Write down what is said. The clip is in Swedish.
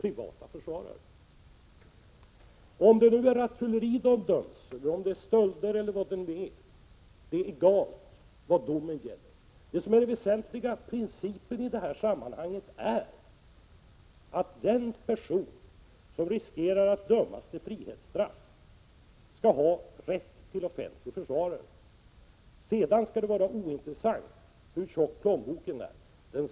Oavsett om domen gäller rattfylleri, stölder eller något annat är den väsentliga principen i detta sammanhang att den person som riskerar att dömas till frihetsstraff skall ha rätt till offentlig försvarare. Sedan skall det — Prot. 1986/87:122 vara ointressant hur tjock plånboken är.